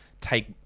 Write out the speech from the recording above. take